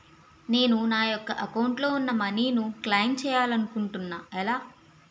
నేను నా యెక్క అకౌంట్ లో ఉన్న మనీ ను క్లైమ్ చేయాలనుకుంటున్నా ఎలా?